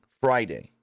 Friday